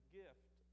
gift